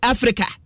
Africa